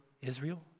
Israel